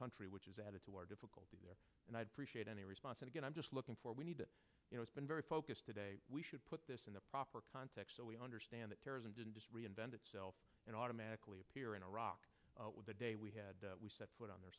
country which is added to our difficulty and i appreciate any response and again i'm just looking for we need to you know it's been very focused today we should put this in the proper context so we understand that terrorism didn't just reinvent itself and automatically appear in iraq with the day we had we set foot on their